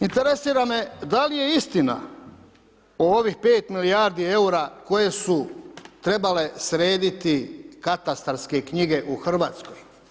Interesira me da li je istina o ovih 5 milijardi eura koje su trebale srediti katastarske knjige u Hrvatskoj.